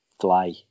fly